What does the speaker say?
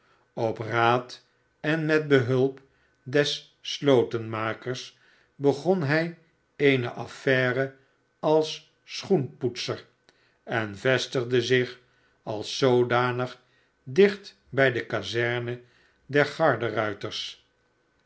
op raaden met de hulp des slotenmakers begon hij eene affaire als schoenpoetser en vestigde zich als zoodanig dicht bij de kazerne der garde ruiters